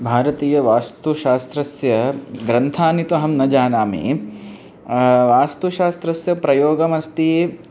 भारतीयवास्तुशास्त्रस्य ग्रन्थानि तु अहं न जानामि वास्तुशास्त्रस्य प्रयोगमस्ति